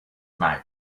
night